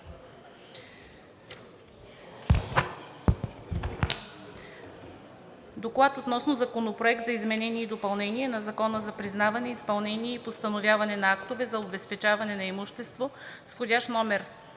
и обсъди Законопроект за изменение и допълнение на Закона за признаване, изпълнение и постановяване на актове за обезпечаване на имущество.